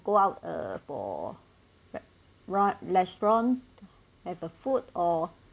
go out uh for what restaurant have the food or